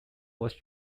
was